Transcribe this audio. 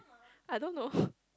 I don't know